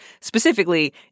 specifically